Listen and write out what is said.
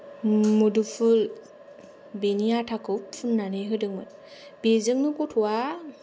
मोदोमफुल बेनि आथाखौ फुननानै होदोंमोन बेजोंनो गथ'आ